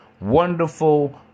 wonderful